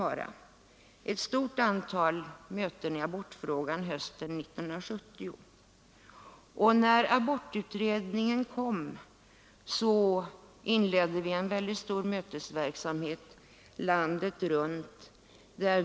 Hösten 1970 höll vi ett stort antal möten i abortfrågan, och när abortkommitténs betänkande kom inledde vi en mycket omfattande mötesverksamhet landet runt.